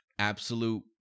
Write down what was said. absolute